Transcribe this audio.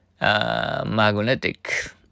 Magnetic